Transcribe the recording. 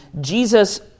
Jesus